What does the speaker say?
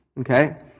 okay